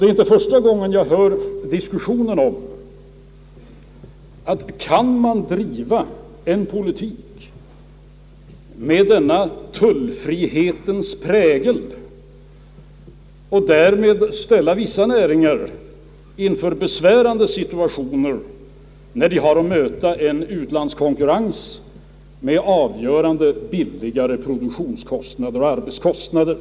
Det är inte första gången jag hör diskussionen om huruvida man kan driva en politik med denna tullfrihetsprägel och därmed ställa vissa näringar inför besvärande situationer, där de har att möta en utlandskonkurrens med avgörande billigare produktionskostnader och arbetskostnader.